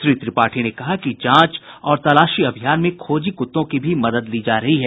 श्री त्रिपाठी ने कहा कि जांच और तलाशी अभियान में खोजी कुत्तों की भी मदद ली जा रही है